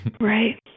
Right